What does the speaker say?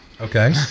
Okay